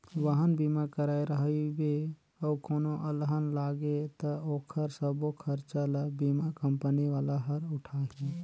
वाहन बीमा कराए रहिबे अउ कोनो अलहन आगे त ओखर सबो खरचा ल बीमा कंपनी वाला हर उठाही